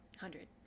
hundred